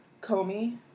Comey